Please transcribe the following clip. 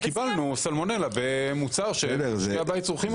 קיבלנו סלמונלה במוצר שצורכים אותו.